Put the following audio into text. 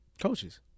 Coaches